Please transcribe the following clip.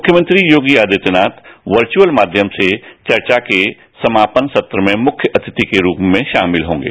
मुख्यमंत्री योगी आदित्यनाथ वर्चअल माध्यम से चर्चा के मुख्य अतिथि के रूप में शामिल होगे